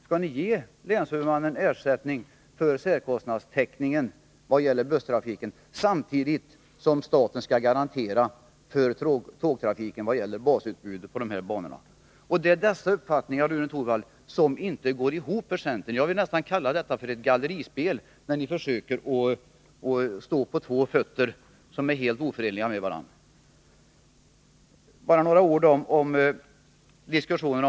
Skall ni ge länshuvudmannen ersättning för särkostnadstäckningen beträffande busstrafiken samtidigt som staten garanterar tågtrafiken i vad gäller basutbudet på dessa banor? Det är dessa centerns olika uppfattningar som inte går ihop. Ni försöker sitta på två stolar samtidigt; jag vill nästan kalla det för ett gallerispel. Bara några ord om det normala underhållet i fråga om de banor som ligger utanför riksnätet.